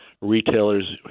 Retailers